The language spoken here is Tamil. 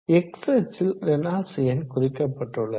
x அச்சில் ரேனால்ட்ஸ் எண் குறிக்கப்பட்டுள்ளது